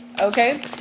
Okay